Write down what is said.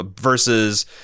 versus